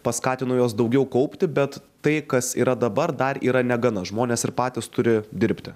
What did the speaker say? paskatino juos daugiau kaupti bet tai kas yra dabar dar yra negana žmonės ir patys turi dirbti